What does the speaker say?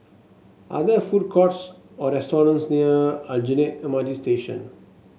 are there food courts or restaurants near Aljunied M R T Station